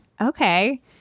Okay